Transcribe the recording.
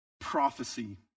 prophecy